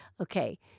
Okay